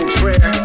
prayer